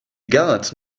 gallant